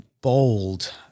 bold